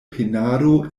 penado